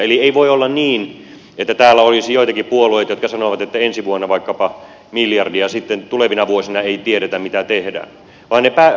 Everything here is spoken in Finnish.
eli ei voi olla niin että täällä olisi joitakin puolueita jotka sanovat että ensi vuonna vaikkapa miljardi ja sitten tulevina vuosina ei tiedetä mitä tehdään